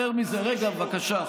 יותר מזה, רגע, בבקשה.